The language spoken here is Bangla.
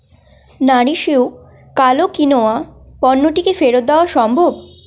নারিশ ইউ কালো কিনোয়া পণ্যটি কি ফেরত দেওয়া সম্ভব